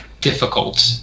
difficult